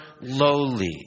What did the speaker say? lowly